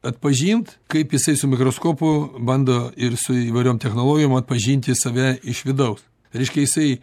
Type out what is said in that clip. atpažint kaip jisai su mikroskopu bando ir su įvairiom technologijom atpažinti save iš vidaus reiškia jisai